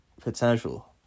potential